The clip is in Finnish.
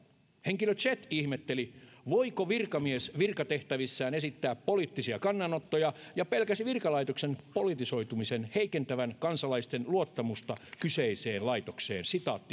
henkilö ihmetteli voiko virkamies virkatehtävissään esittää poliittisia kannanottoja ja pelkäsi virkalaitoksen politisoitumisen heikentävän kansalaisten luottamusta kyseiseen laitokseen